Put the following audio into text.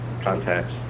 contacts